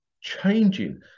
changing